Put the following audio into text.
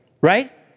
right